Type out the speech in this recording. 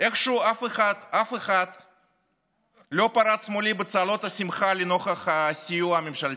איכשהו אף אחד לא פרץ מולי בצהלות שמחה לנוכח הסיוע הממשלתי.